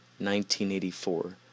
1984